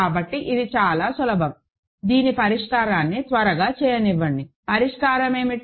కాబట్టి ఇది కూడా సులభం దీని పరిష్కారాన్ని త్వరగా చేయనివ్వండి పరిష్కారం ఏమిటి